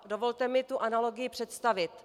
Dovolte mi tu analogii představit.